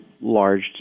large